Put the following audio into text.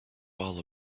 all